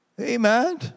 Amen